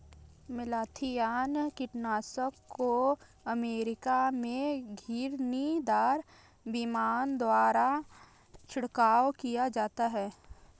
malathion कीटनाशक को America में घिरनीदार विमान द्वारा छिड़काव किया जाता है